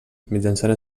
mitjançant